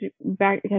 back